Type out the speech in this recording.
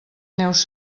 neus